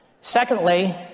Secondly